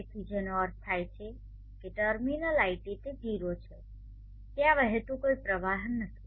તેથી જેનો અર્થ થાય છે કે ટર્મિનલ iT તે 0 છે ત્યાં વહેતું કોઈ પ્રવાહ નથી